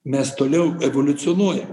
mes toliau evoliucionuojam